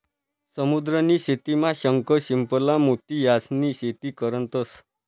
समुद्र नी शेतीमा शंख, शिंपला, मोती यास्नी शेती करतंस